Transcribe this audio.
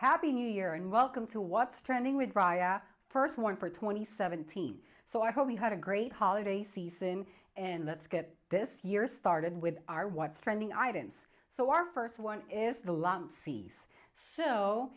happy new year and welcome to what's trending with rhianna first one for twenty seventeen so i hope you had a great holiday season and let's get this year started with our what's trending items so our first one is the lunch cease so